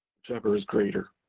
whichever is greater.